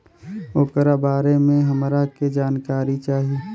ओकरा बारे मे हमरा के जानकारी चाही?